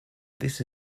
this